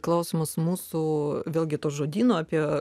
klausomus mūsų vėlgi to žodyno apie